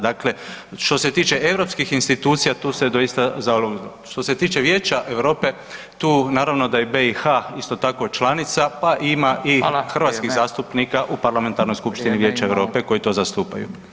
Dakle, što se tiče europskih institucija tu se doista … što se tiče Vijeća Europe tu naravno da je BiH isto tako članica pa ima i hrvatskih zastupnika [[Upadica Radin: Hvala, vrijeme.]] u Parlamentarnoj skupštini Vijeća Europe koji to zastupaju.